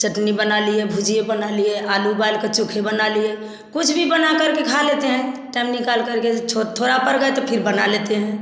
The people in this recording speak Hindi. चटनी बना लिए भुजिया बना लिए आलू उबाल के चोखे बना लिए कुछ भी बनाकर खा लेते हैं टाइम निकाल कर के थोड़ा पड़ गया तो फिर बना लेते है